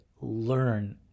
learn